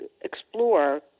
explore